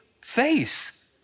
face